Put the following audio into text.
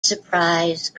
surprise